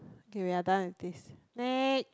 okay we are done with this ne~